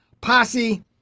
Posse